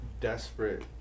desperate